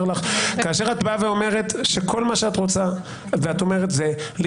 לך שכאשר את באה ואומרת שכל מה שאת רוצה זה להתנגד,